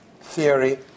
theory